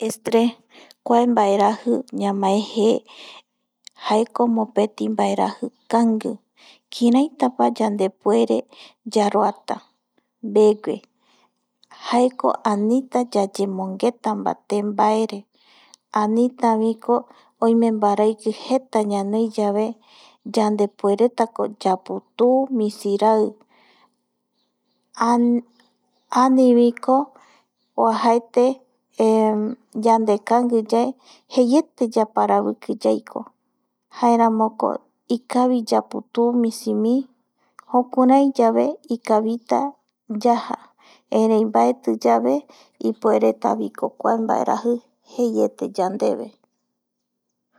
Estre kuae mbaeraji ñamae je, jaeko mopeti mbaeraji kangui kiraitapa yandepuere yaroata mbegue jaeko anita yayemongeta mbaete mbaere, anitaviko oime mbaraiki jeta ñanoiyave yandepueretako yaputuu misi rai, (an) aniviko oajaete yande kangui yae jaeramoko ikavi yayaputuu misimi jukuraiyave ikavita yaja. Erei mbaetiyave ipueretako kua mbaeraji jeiete yandeve